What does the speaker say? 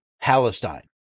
Palestine